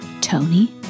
Tony